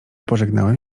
pożegnałem